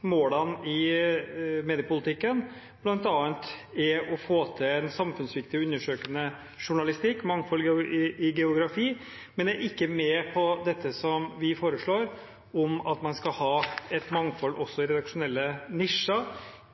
målene i mediepolitikken bl.a. er å få til en samfunnsviktig og undersøkende journalistikk, mangfold i geografi, men er ikke med på dette som vi foreslår, at man skal ha et mangfold også i redaksjonelle nisjer